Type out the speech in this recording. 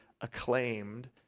acclaimed